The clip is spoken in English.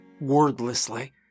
Wordlessly